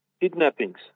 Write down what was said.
kidnappings